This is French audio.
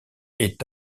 est